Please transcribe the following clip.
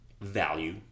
value